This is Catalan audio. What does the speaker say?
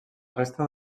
resta